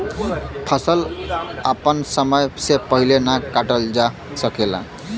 फसल आपन समय से पहिले ना काटल जा सकेला